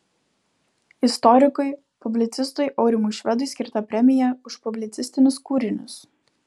istorikui publicistui aurimui švedui skirta premija už publicistinius kūrinius